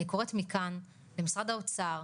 אני קוראת מכאן למשרד האוצר,